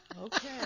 Okay